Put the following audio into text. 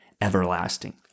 everlasting